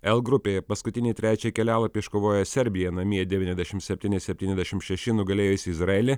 l grupėje paskutinį trečią kelialapį iškovojo serbija namie devyniasdešimt septyni septyniasdešimt šeši nugalėjusi izraelį